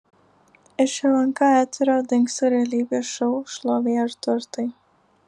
iš lnk eterio dingsta realybės šou šlovė ir turtai